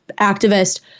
activist